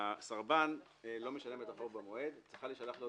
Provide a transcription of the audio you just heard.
כשהסרבן לא משלם את החוב במועד צריכה להישלח לו